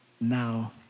now